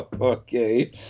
Okay